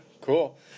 cool